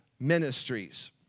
ministries